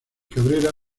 cabrera